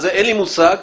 אין לי מושג.